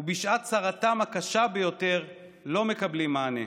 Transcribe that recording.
ובשעת צרתם הקשה ביותר לא מקבלים מענה.